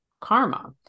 karma